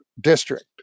district